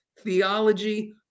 Theology